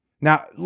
Now